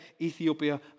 Ethiopia